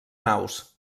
naus